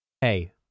Hey